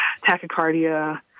tachycardia